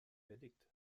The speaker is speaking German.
verdickt